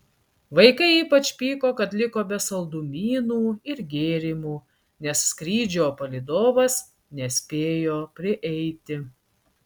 vaikai ypač pyko kad liko be saldumynų ir gėrimų nes skrydžio palydovas nespėjo prieiti